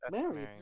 Mary